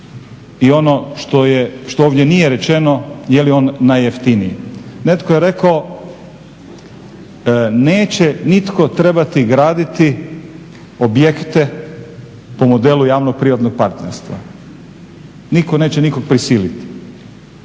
i ono što ovdje nije rečeno je li on najjeftiniji. Netko je rekao neće nitko trebati graditi objekte po modelu javno-privatnog partnerstva, nitko neće nikog prisiliti.